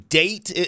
date